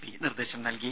P നിർദേശം നൽകി